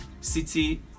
City